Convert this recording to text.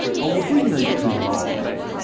i will bring these two moles,